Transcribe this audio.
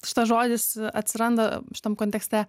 šitas žodis atsiranda šitam kontekste